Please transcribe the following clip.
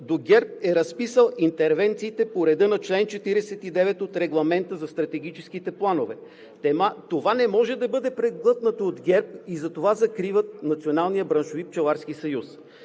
до ГЕРБ е разписал интервенциите по реда на чл. 49 от Регламента за стратегическите планове. Това не може да бъде преглътнато от ГЕРБ и затова закриват